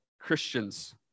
Christians